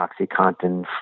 OxyContin